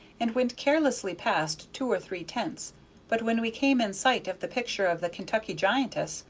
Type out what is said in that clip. and went carelessly past two or three tents but when we came in sight of the picture of the kentucky giantess,